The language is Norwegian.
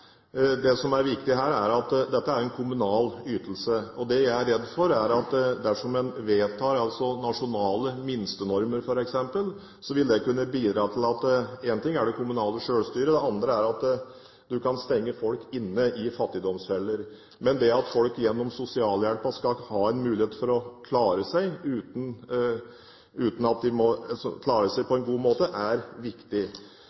Det som er viktig her, er at dette er en kommunal ytelse. Det jeg er redd for, er hva det vil kunne bidra til dersom en vedtar f.eks. nasjonale minstenormer. Én ting er det kommunale selvstyret, det andre er at en kan stenge folk inne i fattigdomsfeller. Men det at folk gjennom sosialhjelpen skal ha en mulighet til å klare seg på en god måte, er viktig.